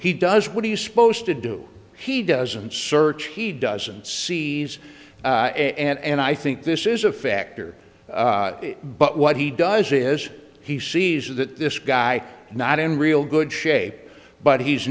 he does what do you spose to do he doesn't search he doesn't see these and i think this is a factor but what he does is he sees that this guy not in real good shape but he's